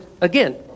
again